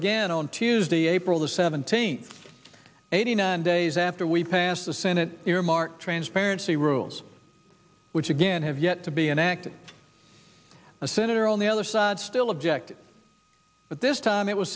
again on tuesday april seventeenth eighty nine days after we passed the senate earmark transparency rules which again have yet to be enacted a senator on the other side still objected but this time it was